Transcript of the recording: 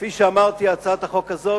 כפי שאמרתי, הצעת החוק הזאת,